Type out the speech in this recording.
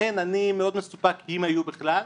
לכן אני מאוד מסופק אם היו בכלל,